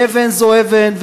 ואבן זו אבן,